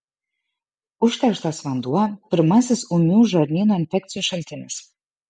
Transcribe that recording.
užterštas vanduo pirmasis ūmių žarnyno infekcijų šaltinis